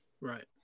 right